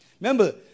Remember